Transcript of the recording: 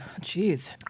Jeez